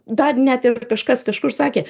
dar net ir kažkas kažkur sakė